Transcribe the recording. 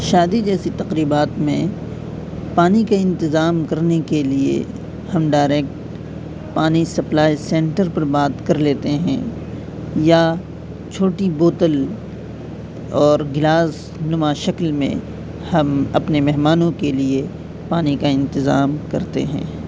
شادی جیسی تقریبات میں پانی کا انتظام کرنے کے لیے ہم ڈائریک پانی سپلائی سنٹر پر بات کر لیتے ہیں یا چھوٹی بوتل اور گلاس نما شکل میں ہم اپنے مہمانوں کے لیے پانی کا انتظام کرتے ہیں